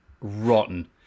Rotten